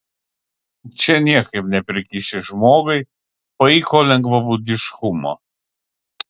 čia niekaip neprikiši žmogui paiko lengvabūdiškumo